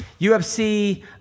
UFC